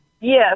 Yes